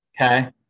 okay